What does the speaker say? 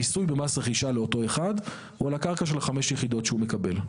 המיסוי במס רכישה לאותו אחד הוא על הקרקע של חמש היחידות שהוא מקבל.